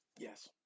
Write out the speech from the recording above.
Yes